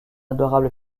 adorable